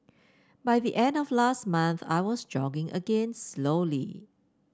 by the end of last month I was jogging again slowly